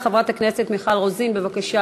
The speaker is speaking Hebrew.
חברת הכנסת מיכל רוזין, בבקשה.